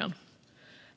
åtgärder.